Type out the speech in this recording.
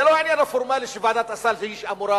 זה לא העניין הפורמלי שוועדת הסל היא שאמורה